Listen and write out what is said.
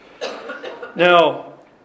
Now